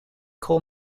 coal